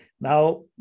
Now